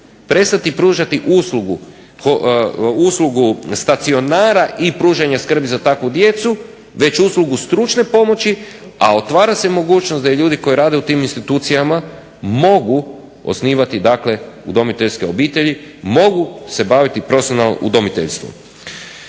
prestati pružati uslugu stacionara i pružanja skrbi za takvu djecu već uslugu stručne pomoći, a otvara se mogućnost da i ljudi koji rade u tim institucijama mogu osnivati dakle udomiteljske obitelji, mogu se baviti profesionalno udomiteljstvom.